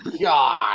God